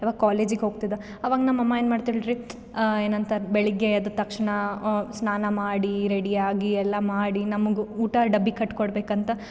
ಯಾವಾಗ ಕಾಲೇಜಿಗೆ ಹೋಗ್ತಿದ್ದೆ ಆವಾಗ ನಮ್ಮಮ್ಮ ಏನು ಮಾಡ್ತಾಳೆ ರೀ ಏನಂತಾರೆ ಬೆಳಿಗ್ಗೆ ಎದ್ದ ತಕ್ಷಣ ಸ್ನಾನ ಮಾಡಿ ರೆಡಿ ಆಗಿ ಎಲ್ಲ ಮಾಡಿ ನಮಗೂ ಊಟ ಡಬ್ಬಿಗೆ ಕಟ್ಟಿ ಕೊಡ್ಬೇಕಂತೆ